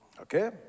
okay